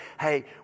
hey